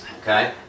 Okay